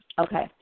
Okay